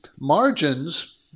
Margins